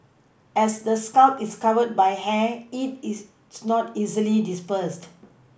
as the scalp is covered by hair heat is not easily dispersed